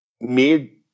made